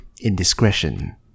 indiscretion